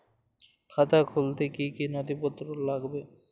খাতা খুলতে কি কি নথিপত্র লাগবে?